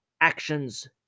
actions